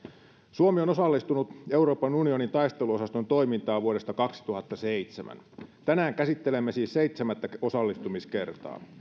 suomi on osallistunut euroopan unionin taisteluosaston toimintaan vuodesta kaksituhattaseitsemän tänään käsittelemme siis seitsemättä osallistumiskertaa